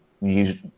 use